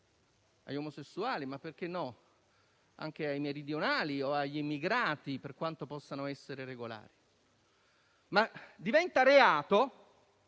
agli omosessuali, ma - perché no? - anche ai meridionali o agli immigrati, per quanto possano essere regolari. Tuttavia diventa reato